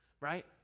right